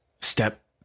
step